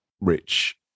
Rich